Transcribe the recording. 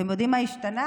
אתם יודעים מה השתנה?